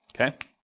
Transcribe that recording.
Okay